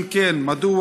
2. אם כן, מדוע?